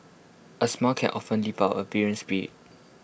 A smile can often lift up A weary